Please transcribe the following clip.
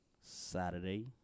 Saturday